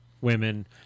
women